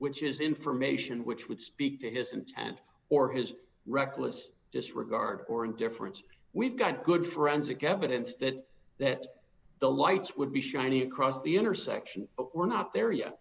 which is information which would speak to his intent or his reckless disregard or indifference we've got good forensic evidence that that the lights would be shining across the intersection but we're not there yet